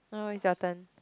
no it's your turn